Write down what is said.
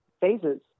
phases